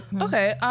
Okay